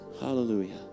Hallelujah